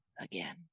again